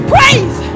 Praise